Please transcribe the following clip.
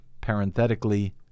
parenthetically